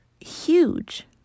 huge